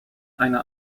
einer